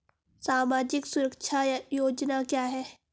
सामाजिक सुरक्षा योजना क्या है?